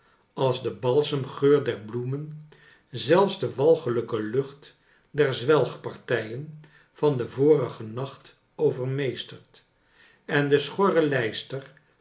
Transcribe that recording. als de balsemgeur der bloemen zelfs de walgelijke lucht der zwelgpartijen van den vorigen nacht overmeestert en de schorre lijster